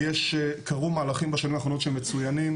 קרו מהלכים בשנים האחרונות שהם מצוינים,